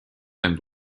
and